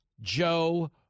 Joe